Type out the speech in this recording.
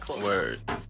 Word